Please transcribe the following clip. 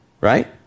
Right